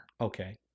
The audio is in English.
okay